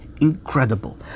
incredible